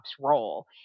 role